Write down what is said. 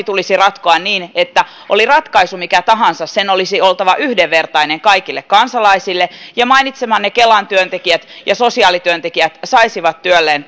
tulisi ratkoa sillä oli ratkaisu mikä tahansa sen olisi oltava yhdenvertainen kaikille kansalaisille ja mainitsemanne kelan työntekijät ja sosiaalityöntekijät saisivat työlleen